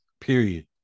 period